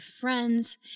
friends